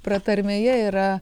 pratarmėje yra